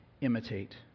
imitate